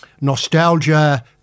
nostalgia